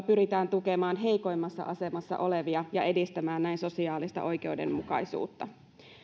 pyritään tukemaan heikoimmassa asemassa olevia ja edistämään näin sosiaalista oikeudenmukaisuutta